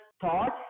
thoughts